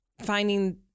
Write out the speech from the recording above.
finding